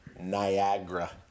Niagara